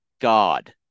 god